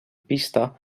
pista